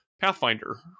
Pathfinder